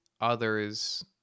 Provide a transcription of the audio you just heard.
others